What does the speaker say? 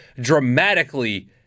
dramatically